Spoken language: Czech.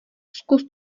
zkus